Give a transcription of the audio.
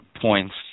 points